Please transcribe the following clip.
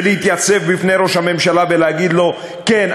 ולהתייצב בפני ראש הממשלה ולהגיד לו: כן,